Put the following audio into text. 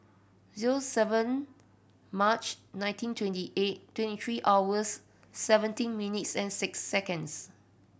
zero seven March nineteen twenty eight twenty three hours seventeen minutes and six seconds